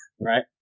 right